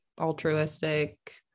altruistic